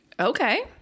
Okay